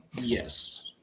Yes